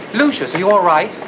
you know so you are right